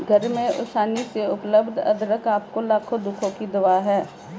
घर में आसानी से उपलब्ध अदरक आपके लाखों दुखों की दवा है